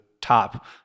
top